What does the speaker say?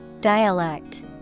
Dialect